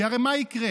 כי הרי מה יקרה?